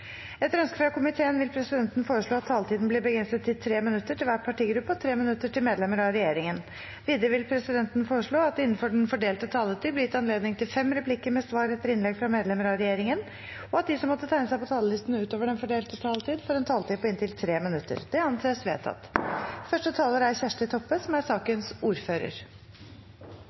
Etter ønske fra helse- og omsorgskomiteen vil presidenten foreslå at taletiden blir begrenset til 3 minutter til hver partigruppe og 3 minutter til medlemmer av regjeringen. Videre vil presidenten foreslå at det – innenfor den fordelte taletid – blir gitt anledning til inntil fem replikker med svar etter innlegg fra medlemmer av regjeringen, og at de som måtte tegne seg på talerlisten utover den fordelte taletid, også får en taletid på inntil 3 minutter. – Det anses vedtatt. Legemiddelmangel er